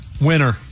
Winner